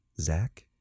Zach